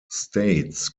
states